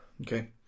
Okay